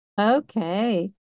Okay